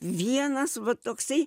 vienas va toksai